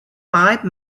five